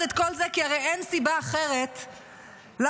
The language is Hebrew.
על